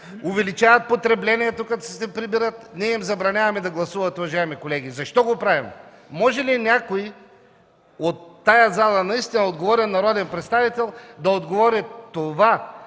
увеличават потреблението като се прибират, забраняваме им да гласуват, уважаеми колеги. Защо го правим? Може ли някой в тази зала, наистина отговорен народен представител, да отговори,